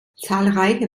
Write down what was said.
zahlreiche